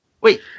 Wait